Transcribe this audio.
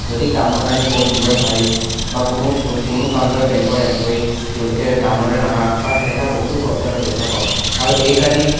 যদি কামৰ কাৰণে বহুত দীঘল শাৰী বা কোনো কাৰণত বেংকৰ এমপ্লয়ী তেওঁলোকে কামলৈ নাহা বা সেনেকুৱা বহুতো প্ৰব্লেম আমি দেখা পাওঁ আৰু এই কাৰণেই